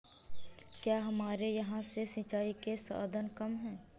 क्या हमारे यहाँ से सिंचाई के साधन कम है?